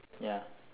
ya